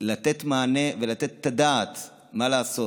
לתת מענה ולתת את הדעת מה לעשות.